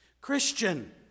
Christian